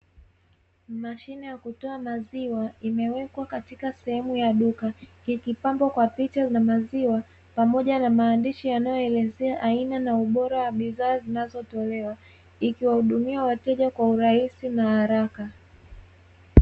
Mashine ya kutoa maziwa imewekwa katika sehemu ya duka kikipambwa kwa picha za maziwa pamoja na maandishi yanayoelezea aina na ubora wa bidhaa zinazotolewa ikiwahudumia wateja kwa urahisi na haraka